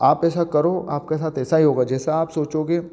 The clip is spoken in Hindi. आप ऐसा करो आपके साथ ऐसा ही होगा जैसा आप सोचोगे